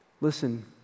Listen